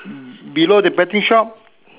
below the betting shop